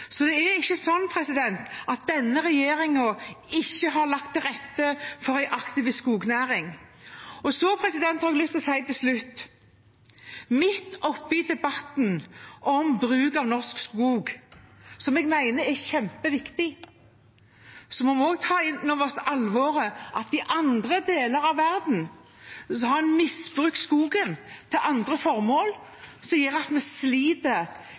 Så det er ikke slik at denne regjeringen ikke har lagt til rette for en aktiv skognæring. Så har jeg lyst til å si til slutt: Midt oppe i debatten om bruken av norsk skog, som jeg mener er kjempeviktig, må vi også ta inn over oss alvoret, at i andre deler av verden har en misbrukt skogen til andre formål, som gjør at vi sliter